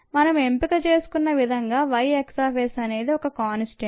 మనం ఎంపిక చేసుకున్న విధంగా Y xs అనేది ఒక కాన్స్టాంట్